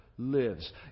Lives